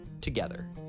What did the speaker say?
together